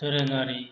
दोरोंआरि